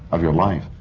of your life.